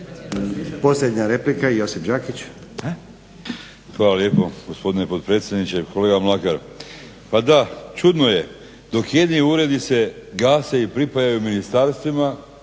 Posljednja replika i Josip Đakić.